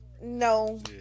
no